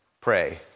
pray